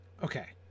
Okay